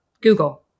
Google